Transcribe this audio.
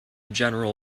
general